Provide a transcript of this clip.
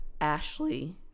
ashley